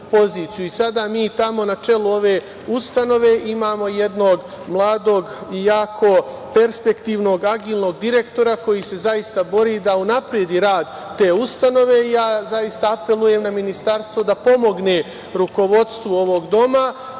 Sada mi tamo na čelu ove ustanove imamo jednog mladog i jako perspektivnog, agilnog direktora, koji se zaista bori da unapredi rad te ustanove. Zaista apelujem na ministarstvo da pomogne rukovodstvu ovog doma.